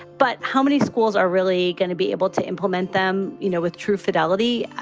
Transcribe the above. but how many schools are really going to be able to implement them? you know, with true fidelity,